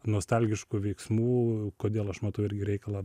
nostalgiškų veiksmų kodėl aš matau irgi reikalą